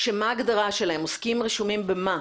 שמה ההגדרה שלכם, עוסקים רשומים במה?